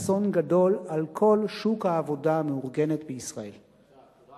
יחסי העבודה במשק, יש כתובת, יש שר